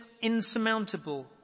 insurmountable